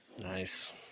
Nice